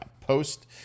post